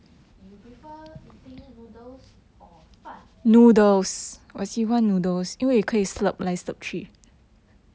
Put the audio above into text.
you prefer eating noodles or 饭